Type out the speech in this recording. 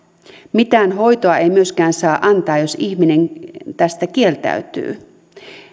mitään hoitoa ei myöskään saa antaa jos ihminen tästä kieltäytyy